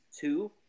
two